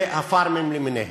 והפארמים למיניהם.